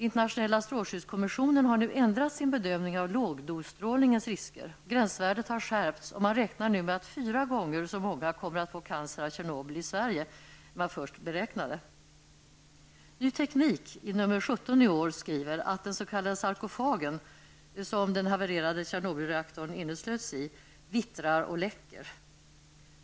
Internationella strålskyddskommissionen har nu ändrat sin bedömning av lågdosstrålningens risker. Gränsvärdet har skärpts, och man räknar nu med att fyra gånger så många här i Sverige som man först beräknade kommer att få cancer på grund av Ny Teknik skriver i nr 17 i år att den s.k. Tjernobylreaktorn inneslöts i, vittrar och läcker.